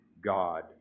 God